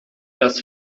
das